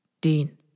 Dean